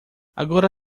agora